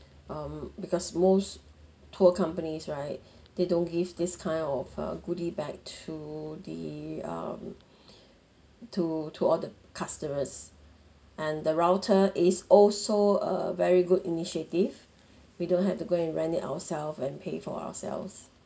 um because most tour companies right they don't give this kind of a goodie bag to the um to to all the customers and the router is also a very good initiative we don't have to go and rent it ourselves and pay for ourselves